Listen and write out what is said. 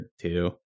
two